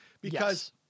Because-